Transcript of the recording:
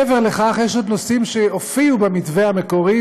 מעבר לכך יש עוד נושאים שהופיעו במתווה המקורי,